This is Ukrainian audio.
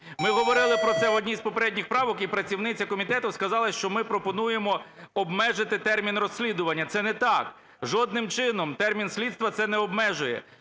Ми говорили про це в одній із попередніх правок, і працівниця комітету сказала, що ми пропонуємо обмежити термін розслідування. Це не так! Жодним чином термін слідства це не обмежує,